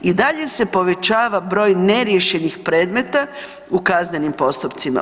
I dalje se povećava broj neriješenih predmeta u kaznenim postupcima.